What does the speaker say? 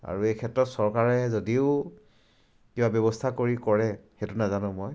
আৰু এই ক্ষেত্ৰত চৰকাৰে যদিও কিবা ব্যৱস্থা কৰি কৰে সেইটো নাজানো মই